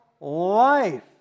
life